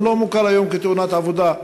וזה לא מוכר היום כתאונת עבודה,